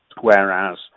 Whereas